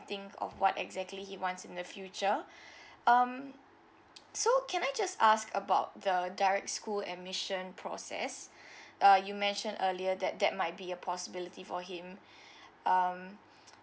think of what exactly he wants in the future um so can I just ask about the direct school admission process uh you mentioned earlier that that might be a possibility for him um